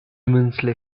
immensely